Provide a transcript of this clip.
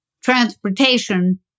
transportation